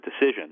decision